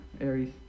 Aries